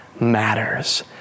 matters